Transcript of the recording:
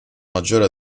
maggiore